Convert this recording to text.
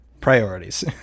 Priorities